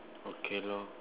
okay lor